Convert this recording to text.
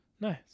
Nice